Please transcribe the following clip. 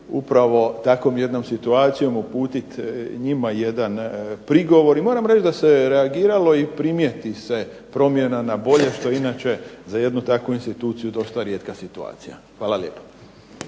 upravo takvom jednom situacijom uputiti njima jedan prigovor i moram reći da se reagiralo i primijeti se promjena na bolje što inače za jednu takvu instituciju dosta rijetka situacija. Hvala lijepa.